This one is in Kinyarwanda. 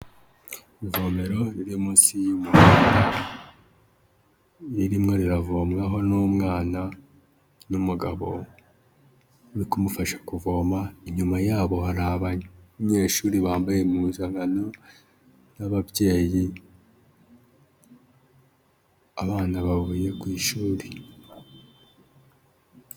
Ivomero riri munsi y'umuhanda, ririmo riravomwaho n'umwana, n'umugabo uri kumufasha kuvoma, inyuma yabo hari abanyeshuri bambaye impuzankano, n'ababyeyi, abana bavuye ku ishuri.